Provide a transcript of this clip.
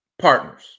partners